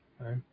right